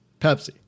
Pepsi